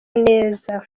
neza